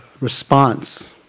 response